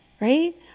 right